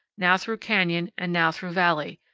now through canyon and now through valley,